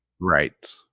Right